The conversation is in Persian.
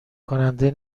کننده